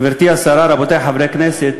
גברתי השרה, רבותי חברי הכנסת,